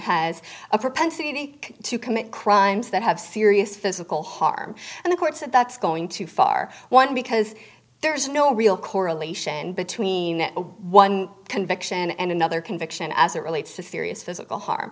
has a propensity to commit crimes that have serious physical harm and the courts that that's going too far one because there's no real correlation between one conviction and another conviction as it relates to serious physical harm